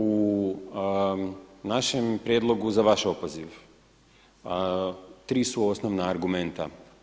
U našem prijedlogu za vaš opoziv tri su osnovna argumenta.